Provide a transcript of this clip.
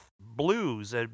blues